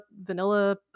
vanilla